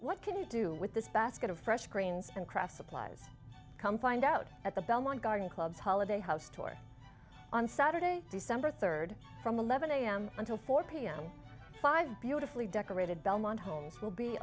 what can you do with this basket of fresh greens and craft supplies come find out at the belmont garden clubs holiday house toy on saturday december third from eleven am until four pm five beautifully decorated belmont homes will be